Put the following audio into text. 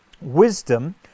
Wisdom